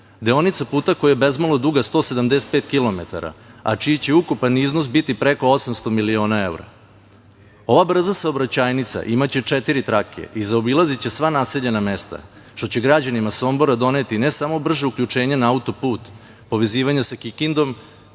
deonica puta koji je bezmalo duga 175 kilometara, a čiji će ukupan iznos biti preko 800 miliona evra. Ova brza saobraćajnica imaće četiri trake i zaobilaziće sva naseljena mesta, što će građanima Sombora doneti ne samo brže uključenje na auto-put, povezivanje sa Kikindom,